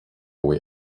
way